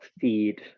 feed